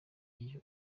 iyo